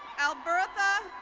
albertha